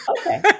Okay